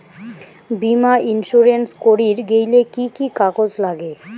বীমা ইন্সুরেন্স করির গেইলে কি কি কাগজ নাগে?